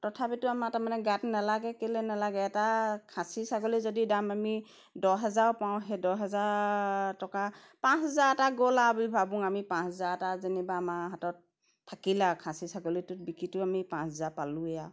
তথাপিতো আমাৰ তাৰমানে গাত নালাগে কেলে নালাগে এটা খাচী ছাগলীৰ যদি দাম আমি দহ হেজাৰো পাওঁ সেই দহ হেজাৰ টকা পাঁচ হাজাৰ এটা গ'ল আৰু বুলি ভাবোঁ আমি পাঁচ হাজাৰ এটা যেনিবা আমাৰ হাতত থাকিলে আৰু খাচী ছাগলীটোত বিকিটো আমি পাঁচ হাজাৰ পালোৱেই আৰু